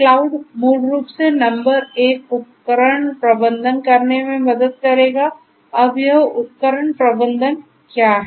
cloud मूल रूप से नंबर एक उपकरण प्रबंधन करने में मदद करेगा अब यह उपकरण प्रबंधन क्या है